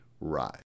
rise